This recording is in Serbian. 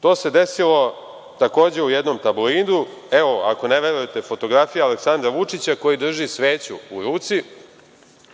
To se desilo, takođe, u jednom tabloidu. Evo, ako ne verujete, fotografija Aleksandra Vučića, koji drži sveću u ruci